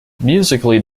musically